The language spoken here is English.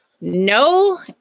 no